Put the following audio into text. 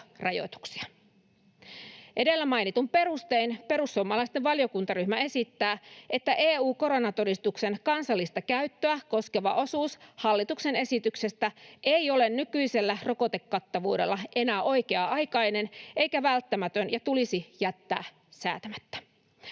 Edellä mainituin perustein perussuomalaisten valiokuntaryhmä esittää, että EU-koronatodistuksen kansallista käyttöä koskeva osuus hallituksen esityksestä ei ole nykyisellä rokotekattavuudella enää oikea-aikainen eikä välttämätön ja tulisi jättää säätämättä.